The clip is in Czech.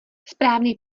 správný